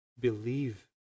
believe